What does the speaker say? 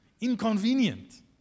inconvenient